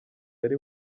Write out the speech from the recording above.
ari